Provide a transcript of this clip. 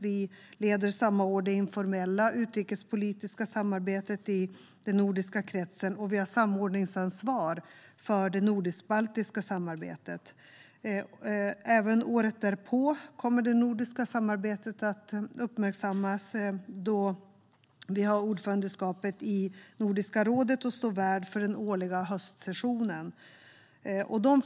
Vi leder samma år det informella utrikespolitiska samarbetet i den nordiska kretsen, och vi har samordningsansvar för det nordisk-baltiska samarbetet. Även året därpå kommer det nordiska samarbetet att uppmärksammas, då vi har ordförandeskapet i Nordiska rådet och står värd för den årliga höstsessionen.